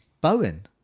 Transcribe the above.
Bowen